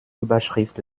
überschrift